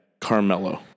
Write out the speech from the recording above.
Carmelo